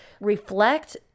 reflect